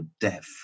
death